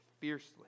fiercely